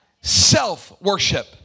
self-worship